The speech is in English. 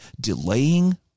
delaying